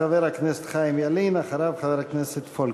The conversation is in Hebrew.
חבר הכנסת חיים ילין, אחריו, חבר הכנסת פולקמן.